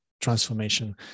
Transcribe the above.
transformation